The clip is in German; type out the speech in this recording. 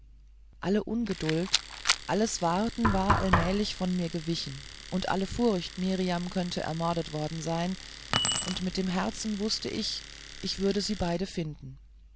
alle ungeduld alles warten war allmählich von mir gewichen und alle furcht mirjam könne ermordet worden sein und mit dem herzen wußte ich ich würde sie beide finden